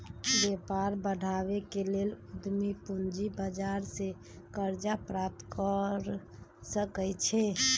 व्यापार बढ़ाबे के लेल उद्यमी पूजी बजार से करजा प्राप्त कर सकइ छै